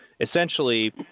Essentially